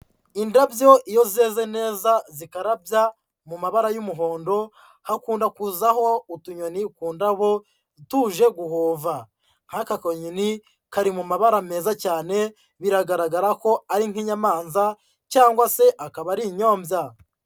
Indabyo iyo zeze neza zikarabya mu mabara y'umuhondo, hakunda kuzaho utunyoni ku ndabo, tuje guhova, nkaka konyoni kari mu mabara meza cyane, biragaragara ko ari nk'inyamanza cyangwa se akaba ari inyombya.